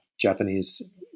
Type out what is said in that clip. Japanese